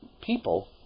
people